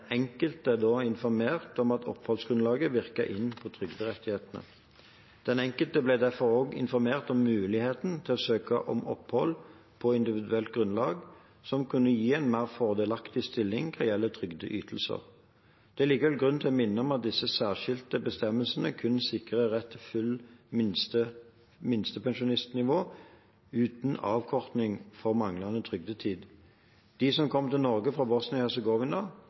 enkelte da informert om at oppholdsgrunnlaget virket inn på trygderettighetene. Den enkelte ble derfor også informert om muligheten til å søke om opphold på individuelt grunnlag, som kunne gi en mer fordelaktig stilling hva gjelder trygdeytelser. Det er likevel grunn til å minne om at disse særskilte bestemmelsene kun sikrer rett til fullt minste pensjonsnivå uten avkorting for manglende trygdetid. De som kom til Norge fra